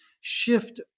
shift